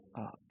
up